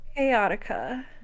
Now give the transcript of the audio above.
chaotica